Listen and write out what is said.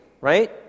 right